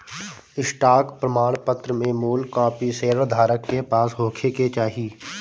stock प्रमाणपत्र में मूल कापी शेयर धारक के पास होखे के चाही